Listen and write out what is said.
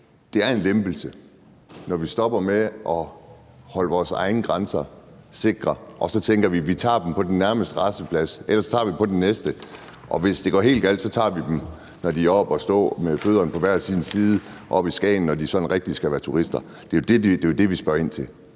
det er en lempelse, når vi stopper med at holde vores egne grænser sikre og vi så tænker, at vi tager dem på den nærmeste rasteplads og ellers på den næste, og vi, hvis det går helt galt, tager dem, når de står med fødderne på hver sin side oppe i Skagen, når de sådan rigtig skal være turister? Det er jo det, vi spørger ind til.